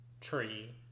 tree